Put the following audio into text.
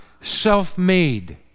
self-made